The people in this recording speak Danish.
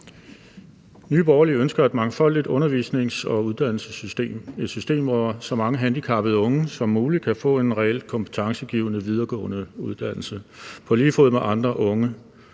Nye Borgerlige ønsker et mangfoldigt undervisnings- og uddannelsessystem – et system, hvor så mange handicappede unge som muligt kan få en reel kompetencegivende videregående uddannelse på lige fod med andre unge.